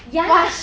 ya